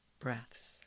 breaths